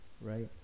Right